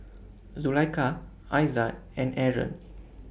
Zulaikha Aizat and Aaron